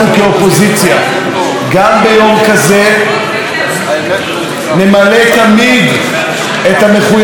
גם ביום כזה נמלא תמיד את המחויבות הפרלמנטרית שלנו